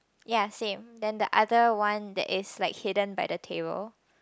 ya same then the other one that is like hidden by the table